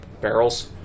barrels